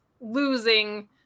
losing